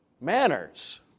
manners